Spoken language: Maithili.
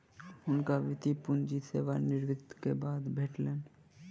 हुनका वृति पूंजी सेवा निवृति के बाद भेटलैन